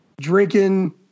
drinking